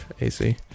AC